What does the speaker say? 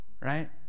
right